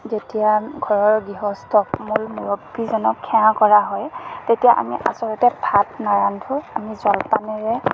যেতিয়া ঘৰৰ গৃহস্থ মূল মূৰব্বীজনক সেৱা কৰা হয় তেতিয়া আমি আচলতে ভাত নাৰান্ধোঁ আমি জলপানেৰে